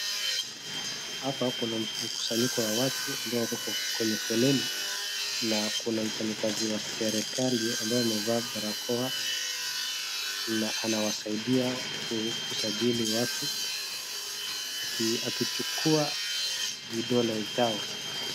Hapa kuna mkusanyiko wa watu ambao uko kwenye foleni na kuna mfanyikazi wa serikali ambaye amevaa barakoa na anawasaidia kusajili watu akichukua vidole zao.